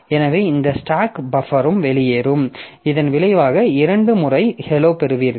எனவே இந்த ஸ்டாக் பஃப்பரும் வெளியேறும் இதன் விளைவாக இரண்டு முறை hello பெறுவீர்கள்